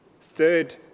third